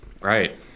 right